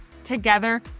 Together